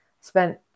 spent